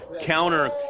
counter